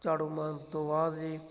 ਝਾੜੂ ਮਾਰਨ ਤੋਂ ਬਾਅਦ ਜੀ